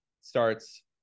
starts